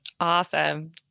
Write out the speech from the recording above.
Awesome